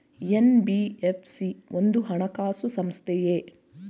NBFC ಒಂದು ಹಣಕಾಸು ಸಂಸ್ಥೆಯೇ?